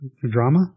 drama